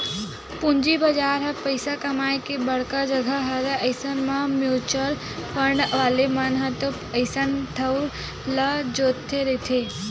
पूंजी बजार ह पइसा कमाए के बड़का जघा हरय अइसन म म्युचुअल फंड वाले मन ह तो अइसन ठउर ल जोहते रहिथे